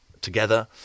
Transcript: together